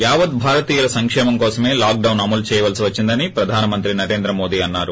యావత్ భారతీయుల సంక్షేమం కోసమే లాక్ డాస్ను అమలు చేయవలసి వచ్చిందని ప్రధానమంత్రి నరేంద్ర మోడీ అన్నారు